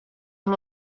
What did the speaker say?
amb